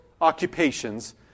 occupations